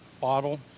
bottle